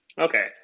okay